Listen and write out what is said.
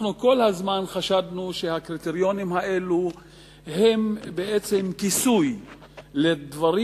אנחנו כל הזמן חשדנו שהקריטריונים האלו הם כיסוי לדברים